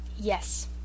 Yes